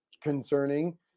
concerning